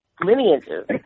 lineages